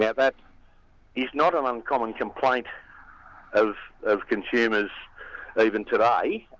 yeah but is not an uncommon complaint of of consumers even today,